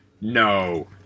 No